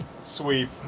sweep